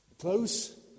Close